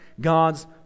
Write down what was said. God's